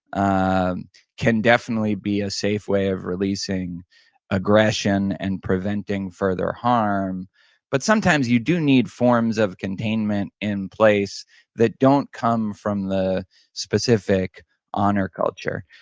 and can definitely be a safe way of releasing aggression and preventing further harm but sometimes you do need forms of containment in place that don't come from the specific honor culture.